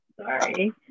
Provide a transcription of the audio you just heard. sorry